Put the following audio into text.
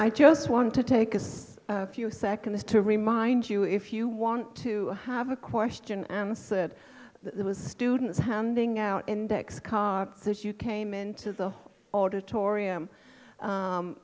i just wanted to take us a few seconds to remind you if you want to have a question and said that there was students handing out index cards since you came into the auditorium